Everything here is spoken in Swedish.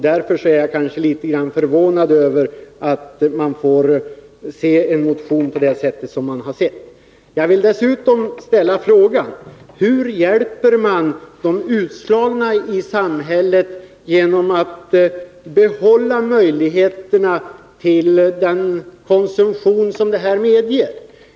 Därför är jag litet förvånad över att se en sådan här motion. Dessutom vill jag fråga: Hur hjälper man de utslagna i samhället genom att behålla möjligheterna till den konsumtion som här medges?